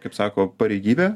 kaip sako pareigybė